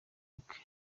ubwe